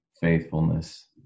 faithfulness